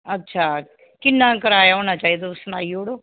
अच्छा किन्ना कराया होना चाहिदा तुस सनाई ओड़ो